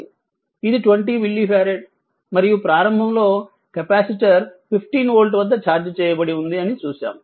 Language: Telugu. ఇది 20 మిల్లి ఫారెడ్ మరియు ప్రారంభంలో కెపాసిటర్ 15 వోల్ట్ వద్ద ఛార్జ్ చేయబడి ఉంది అని చూసాము